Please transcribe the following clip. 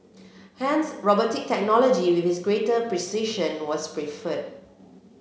hence robotic technology with its greater precision was preferred